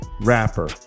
rapper